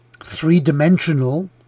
three-dimensional